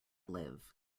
live